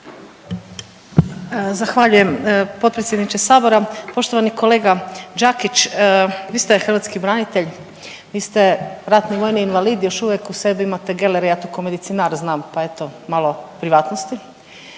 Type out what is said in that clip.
Zahvaljujem potpredsjedniče Sabora. Poštovani kolega Đakić, vi ste hrvatski branitelj, vi ste ratni vojni invalid. Još uvijek u sebi imate geler, ja to kao medicinar znam, pa eto malo privatnosti.